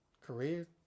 career